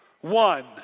One